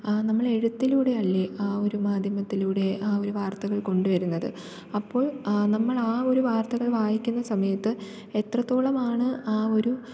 നമ്മൾ എഴുത്തിലൂടെയല്ലേ ആ ഒരു മാധ്യമത്തിലൂടെ ആ ഒരു വാർത്തകൾ കൊണ്ട് വരുന്നത് അപ്പോൾ നമ്മൾ ആ ഒരു വാർത്തകൾ വായിക്കുന്ന സമയത്ത് എത്രത്തോളമാണ് ആ ഒരു